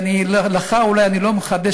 לך אולי אני לא מחדש,